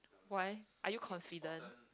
why are you confident